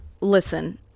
Listen